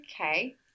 okay